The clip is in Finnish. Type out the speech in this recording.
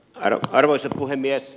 arvoisa puhemies